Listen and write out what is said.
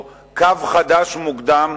או קו חדש מוקדם,